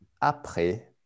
après